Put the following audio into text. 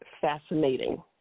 fascinating